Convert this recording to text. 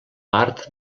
part